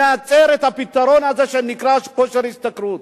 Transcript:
נייצר את הפתרון הזה שנקרא כושר השתכרות.